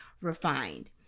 refined